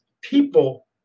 people